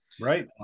right